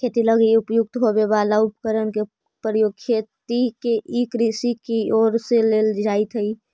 खेती लगी उपयुक्त होवे वाला उपकरण के प्रयोग खेती के ई कृषि के ओर ले जाइत हइ